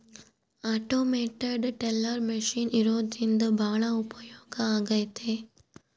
automated teller machine ಇರೋದ್ರಿಂದ ಭಾಳ ಉಪಯೋಗ ಆಗೈತೆ